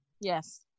yes